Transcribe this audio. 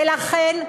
ולכן,